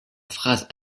phrases